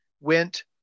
went